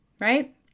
right